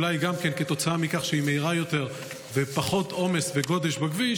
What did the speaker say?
ואולי כתוצאה מכך שהיא מהירה יותר ויש פחות עומס וגודש בכביש,